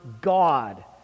God